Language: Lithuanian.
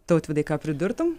tautvydai ką pridurtum